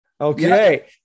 okay